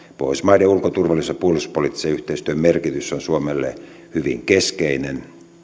pohjoismaiden ulko turvallisuus ja puolustuspoliittisen yhteistyön merkitys on suomelle hyvin keskeinen